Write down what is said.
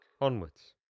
Onwards